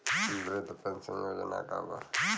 वृद्ध पेंशन योजना का बा?